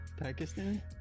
Pakistan